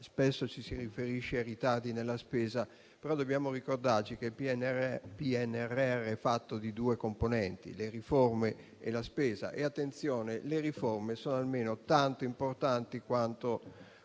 spesso ci si riferisce ai ritardi nella spesa, però dobbiamo ricordarci che il PNRR è fatto di due componenti: le riforme e la spesa. Attenzione: le riforme sono almeno tanto importanti quanto